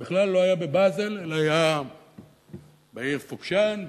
בכלל לא היה בבאזל, אלא היה בעיר פוקשאן ברומניה,